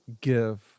give